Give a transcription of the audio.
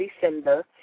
December